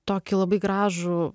tokį labai gražų